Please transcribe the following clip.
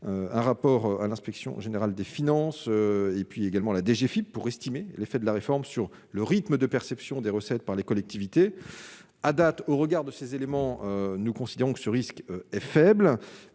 un rapport à l'Inspection générale des finances et puis également la DGFIP pour estimer l'effet de la réforme sur le rythme de perception des recettes par les collectivités à date au regard de ces éléments, nous considérons que ce risque est faible